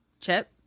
Chip